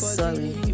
sorry